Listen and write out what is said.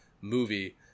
movie